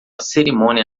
cerimônia